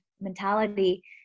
mentality